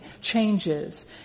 changes